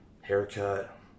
haircut